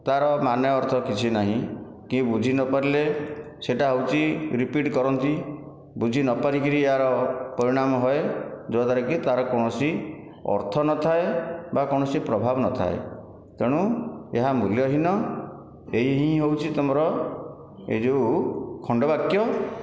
ତା'ର ମାନେ ଅର୍ଥ କିଛି ନାହିଁ କିଏ ବୁଝି ନ ପାରିଲେ ସେଇଟା ହେଉଛି ରିପିଟ୍ କରନ୍ତି ବୁଝି ନ ପାରିକରି ୟାର ପରିଣାମ ହୁଏ ଯଦ୍ଵାରା କି ତା'ର କୌଣସି ଅର୍ଥ ନଥାଏ ବା କୌଣସି ପ୍ରଭାବ ନଥାଏ ତେଣୁ ଏହା ମୂଲ୍ୟହୀନ ଏହି ହିଁ ହେଉଛି ତୁମର ଏ ଯେଉଁ ଖଣ୍ଡବାକ୍ୟ